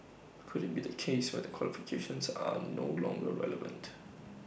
could IT be the case where their qualifications are no longer relevant